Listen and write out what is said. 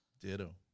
Ditto